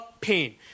pain